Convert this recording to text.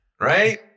right